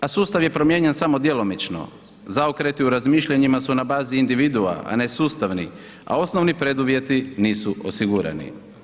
A sustav je promijenjen samo djelomično, zaokreti u razmišljanjima su na bazi individua, a ne sustavni, a osnovni preduvjeti nisu osigurani.